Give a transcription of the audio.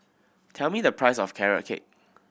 tell me the price of Carrot Cake